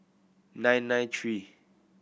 nine nine three